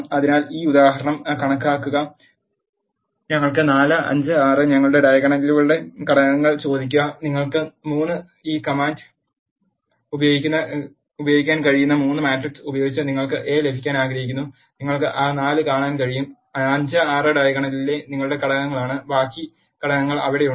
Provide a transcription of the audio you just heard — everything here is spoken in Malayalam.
അതിനാൽ ഈ ഉദാഹരണം കാണുക ഞങ്ങൾക്ക് 4 5 6 ഞങ്ങളുടെ ഡയഗനലുകളുടെ ഘടകങ്ങൾ ചോദിക്കുക നിങ്ങൾക്ക് ₃ ഈ കമാൻഡ് ഉപയോഗിക്കാൻ കഴിയുന്ന 3 മാട്രിക്സ് ഉപയോഗിച്ച് നിങ്ങൾക്ക് എ ലഭിക്കാൻ ആഗ്രഹിക്കുന്നു നിങ്ങൾക്ക് ആ 4 കാണാൻ കഴിയും 5 6 ഡയഗണലിലെ നിങ്ങളുടെ ഘടകങ്ങളാണ് ബാക്കി ഘടകങ്ങൾ അവിടെയുണ്ട്